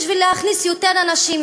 בשביל להכניס יותר אנשים,